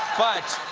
but